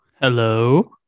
Hello